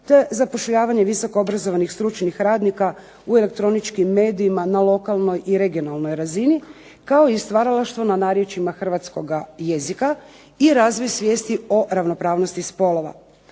te zapošljavanje visoko obrazovanih stručnih radnika u elektroničkim medijima na lokalnoj i regionalnoj razini kao i stvaralaštva na narječjima hrvatskoga jezika i razvoj svijesti o ravnopravnosti spolova.